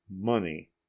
money